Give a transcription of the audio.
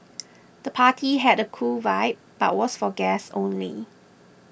the party had a cool vibe but was for guests only